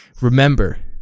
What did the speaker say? remember